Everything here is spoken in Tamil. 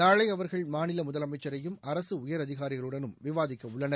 நாளை அவர்கள் மாநில முதலமைச்சரையும் அரசு உயர் அதிகாரிகளுடன் விவாதிக்க உள்ளனர்